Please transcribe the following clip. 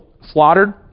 slaughtered